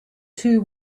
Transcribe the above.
two